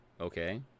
okay